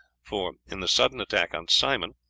for in the sudden attack on simon,